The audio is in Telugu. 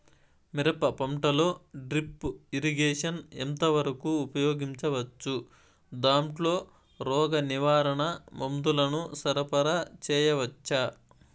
మిరప పంటలో డ్రిప్ ఇరిగేషన్ ఎంత వరకు ఉపయోగించవచ్చు, దాంట్లో రోగ నివారణ మందుల ను సరఫరా చేయవచ్చా?